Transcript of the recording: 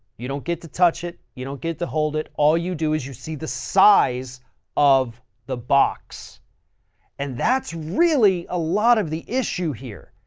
you don't get to touch it, you don't get to hold it. all you do is you see the size of the box and that's really a lot of the issue here.